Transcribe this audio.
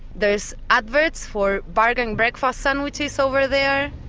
there's adverts for bargain breakfast sandwiches over there,